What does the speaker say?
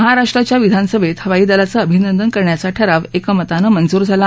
महाराष्ट्राच्या विधानसभेत हवाई दलाचं अभिनंदन करण्याचा ठराव एकमतानं मंजूर झाला